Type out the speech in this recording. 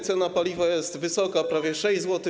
Cena paliwa jest wysoka, prawie 6 zł.